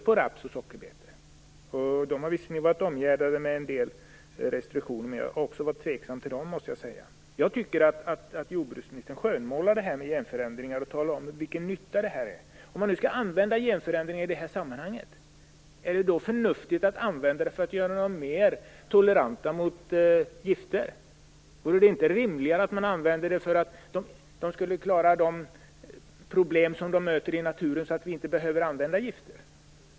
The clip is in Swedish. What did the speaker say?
Försöken har visserligen varit omgärdade med en del restriktioner, men jag har varit tveksam också till dem, måste jag säga. Jag tycker att jordbruksministern skönmålar användningen av genförändringar när hon talar om vilken nytta de gör. Om man nu skall använda genförändringar i det här sammanhanget, är det då förnuftigt att använda dem för att göra växterna mer toleranta mot gifter? Vore det inte rimligare att man använde dem för att växterna skulle klara de problem som de möter i naturen, så att vi inte behöver använda gifter?